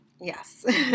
Yes